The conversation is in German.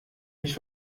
mich